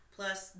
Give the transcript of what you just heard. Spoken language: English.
Plus